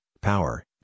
power